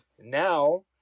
now